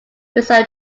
windsor